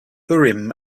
urim